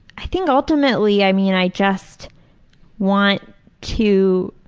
i think ultimately, i mean, i just want to